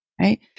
right